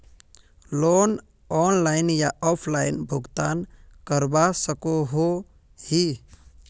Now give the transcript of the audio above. Loan online या offline भुगतान करवा सकोहो ही?